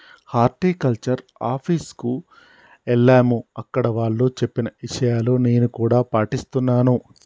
horticulture office కు ఎల్లాము అక్కడ వాళ్ళు చెప్పిన విషయాలు నేను కూడా పాటిస్తున్నాను